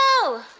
Go